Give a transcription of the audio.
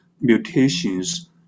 mutations